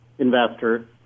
investor